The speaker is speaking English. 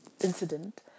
incident